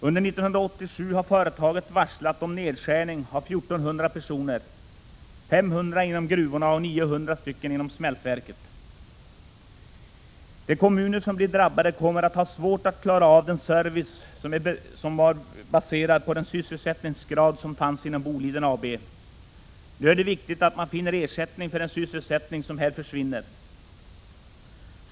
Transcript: Under 1987 har företaget varslat om nedskärning med 1 400 personer, 500 inom gruvorna och 900 inom smältverket. De kommuner som drabbas kommer att få svårt att klara av den service som var baserad på den sysselsättningsgrad som fanns inom Boliden AB. Det är nu viktigt att man finner ersättning för den sysselsättning som försvinner.